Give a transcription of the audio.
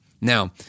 Now